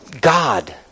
God